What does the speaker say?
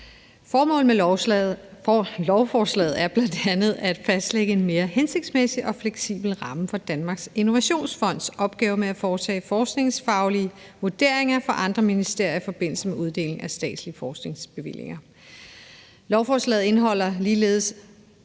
Formålet med lovforslaget er bl.a. at fastlægge en mere hensigtsmæssig og fleksibel ramme for Danmarks Innovationsfonds opgave med at foretage forskningsfaglige vurderinger fra andre ministerier i forbindelse med uddeling af statslige forskningsbevillinger. Lovforslaget indeholder ligeledes